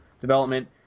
development